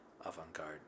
avant-garde